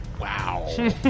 Wow